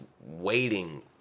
waiting